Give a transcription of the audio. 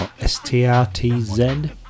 S-T-R-T-Z